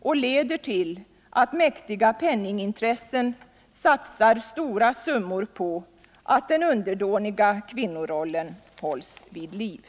och leder till att mäktiga penningintressen satsar Torsdagen den stora summor på att den underdåniga kvinnorollen hålls vid liv.